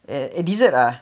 dessert ah